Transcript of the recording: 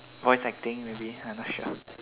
voice acting maybe I not sure